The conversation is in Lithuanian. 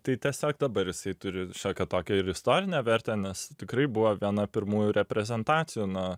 tai tiesiog dabar jisai turi šiokią tokią ir istorinę vertę nes tikrai buvo viena pirmųjų reprezentacijų na